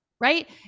Right